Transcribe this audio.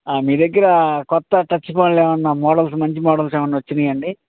మీ దగ్గర క్రొత్త టచ్ ఫోన్లు ఏమైనా మోడల్స్ మంచి మోడల్స్ ఏమైనా వచ్చినాయా అండి